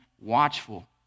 watchful